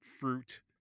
fruit